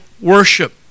worship